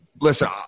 listen